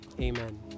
Amen